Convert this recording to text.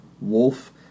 wolf